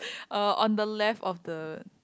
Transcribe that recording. uh on the left of the